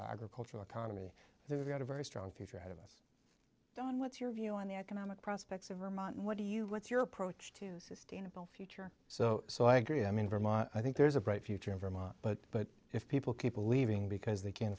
agricultural economy they've got a very strong future ahead of us don what's your view on the economic prospects of vermont and what do you what's your approach to sustainable future so so i agree i mean vermont i think there's a bright future in vermont but but if people keep believing because they can't